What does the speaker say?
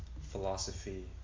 philosophy